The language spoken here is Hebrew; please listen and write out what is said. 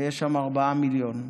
ויש שם ארבעה מיליון.